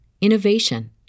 innovation